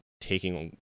taking